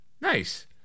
Nice